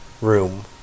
room